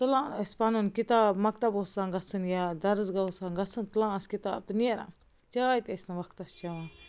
تُلان ٲسۍ پنُن کِتاب مکتب اوس آسان گَژھُن یا درسگاہ اوس آسان گَژھُن تُلان ٲسۍ کِتاب تہٕ نیران چاے تہِ ٲسۍ نہٕ وقتس چٮ۪وان